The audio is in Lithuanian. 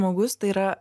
žmogus tai yra